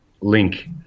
Link